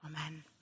amen